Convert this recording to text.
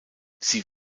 sie